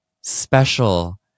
special